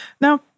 now